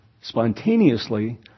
spontaneously